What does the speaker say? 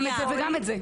גם את זה וגם את זה.